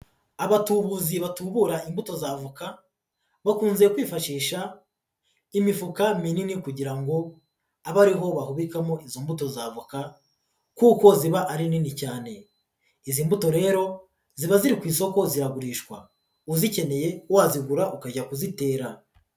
Abatubuzi batubura imbuto za voka, bakunze kwifashisha imifuka minini kugira ngo abe ari ho bahubikamo imbuto z'avoka kuko ziba ari nini cyane, izi mbuto rero ziba ziri ku isoko ziragurishwa, uzikeneye wazigura ukajya kuzitera.